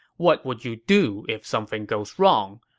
what would you do if something goes wrong?